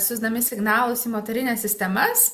siųsdami signalus į motorines sistemas